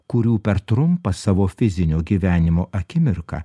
kurių per trumpą savo fizinio gyvenimo akimirką